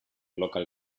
local